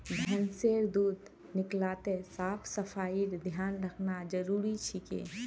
भैंसेर दूध निकलाते साफ सफाईर ध्यान रखना जरूरी छिके